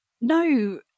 No